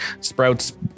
Sprouts